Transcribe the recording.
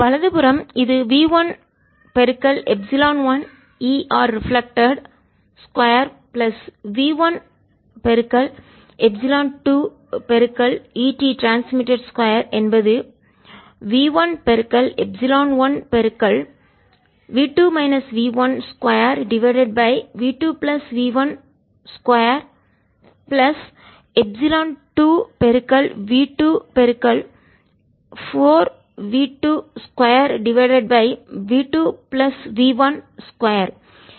வலது புறம் இது v 1 மடங்கு epsilon 1 ER reflected 2 plus v 1 மடங்கு எப்சிலன் 2 ET ட்ரான்ஸ்மிட்டட் 2 என்பது V1 epsilon 1 V 2 minus V1 2 divided by V2 plus V1 2 plus epsilon 2 V2 4v2 2 divided by V2 plus V1 2